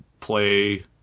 play